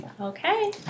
Okay